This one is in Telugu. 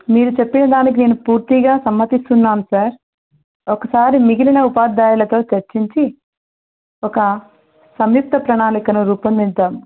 మీరు చెప్పిన దానికి నేను పూర్తిగా సమ్మత్తిస్తున్నాను సార్ ఒకసారి మిగిలిన ఉపాధ్యాయులతో చర్చించి ఒక సంయుక్త ప్రణాళికను రూపొందిద్దాం